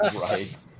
Right